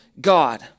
God